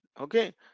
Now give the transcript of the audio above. okay